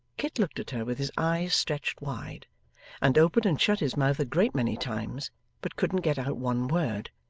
kit looked at her with his eyes stretched wide and opened and shut his mouth a great many times but couldn't get out one word.